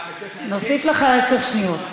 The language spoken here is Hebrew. נוסיף לך עשר שניות.